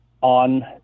on